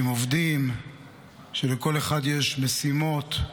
עם עובדים שלכל אחד יש משימות,